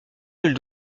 nul